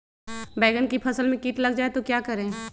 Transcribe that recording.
बैंगन की फसल में कीट लग जाए तो क्या करें?